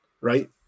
Right